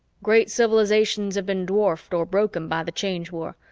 great civilizations have been dwarfed or broken by the change war.